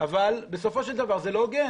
אבל בסופו של דבר זה לא הוגן.